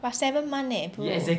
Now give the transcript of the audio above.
but seven month leh